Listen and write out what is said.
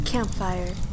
Campfire